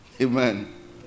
Amen